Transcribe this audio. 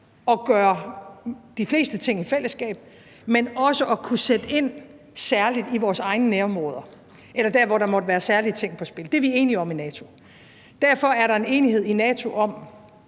at gøre de fleste ting i fællesskab, men også at kunne sætte ind særlig i vores egne nærområder eller der, hvor der måtte være særlige ting på spil. Det er vi enige om i NATO. Derfor er der en enighed i NATO om,